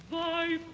high